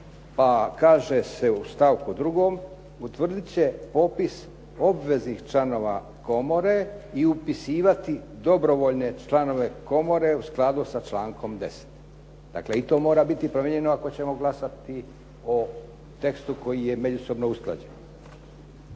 pa kaže se u stavku 2. utvrdit će popis obveznih članova komore i upisivati dobrovoljne članove komore u skladu sa člankom 10. Dakle, i to mora biti promijenjeno ako ćemo glasati o tekstu koji je međusobno usklađen.